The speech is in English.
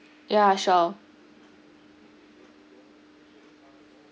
ya sure